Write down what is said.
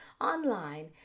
online